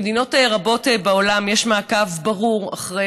במדינות רבות בעולם יש מעקב ברור אחרי